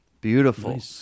Beautiful